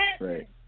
Right